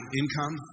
income